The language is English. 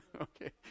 okay